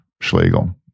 Schlegel